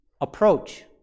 approach